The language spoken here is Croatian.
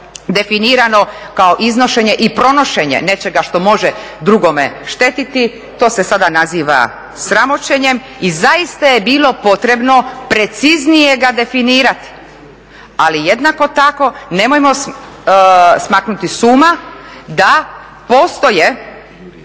definirano kao iznošenje i pronošenje nečega što može drugome štetiti to se sada naziva sramoćenjem. I zaista je bilo potrebno preciznije ga definirati, ali jednako tako nemojmo smaknuti s uma da postoje